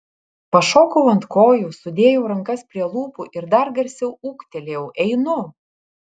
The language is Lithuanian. pašokau ant kojų sudėjau rankas prie lūpų ir dar garsiau ūktelėjau einu